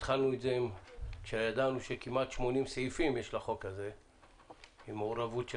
התחלנו כשידענו שלחוק הזה יש כ-80 סעיפים עם מעורבות של